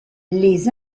les